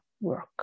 work